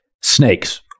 Snakes